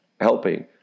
helping